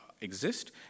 exist